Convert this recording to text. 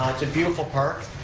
um it's a beautiful park.